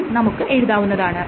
എന്നും നമുക്ക് എഴുതാവുന്നതാണ്